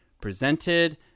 presented